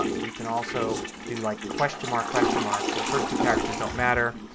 um you can also do like question mark, question mark so the first two characters don't matter.